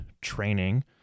training